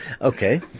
okay